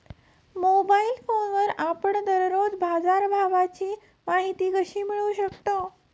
Mobile फोनवर आपण दररोज बाजारभावाची माहिती कशी मिळवू शकतो?